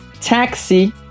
Taxi